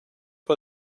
pas